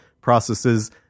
processes